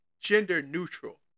gender-neutral